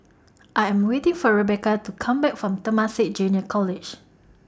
I Am waiting For Rebeca to Come Back from Temasek Junior College